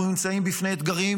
אנחנו נמצאים בפני אתגרים,